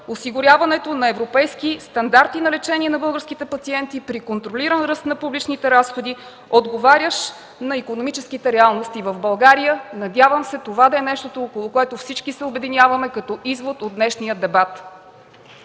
осигуряването на европейски стандарти на лечение на българските пациенти при контролиран ръст на публичните разходи, отговарящ на икономическите реалности в България. Надявам се това да е нещото, около което всички се обединяваме като извод от днешния дебат.